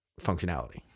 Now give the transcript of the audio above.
functionality